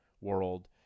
world